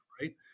right